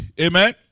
Amen